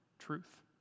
truth